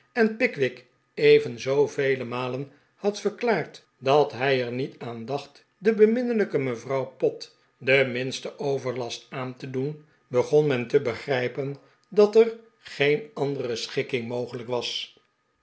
en pickwick even zoovele malen had verklaard dat hij er niet aan dacht de beminnelijke me vrouw pott den minsten overlast aan te doen begon men te begrijpen dat er geen andere schikking mogelijk was